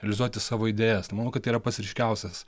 realizuoti savo idėjas manau kad tai yra pats ryškiausias